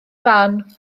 fan